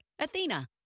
Athena